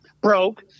broke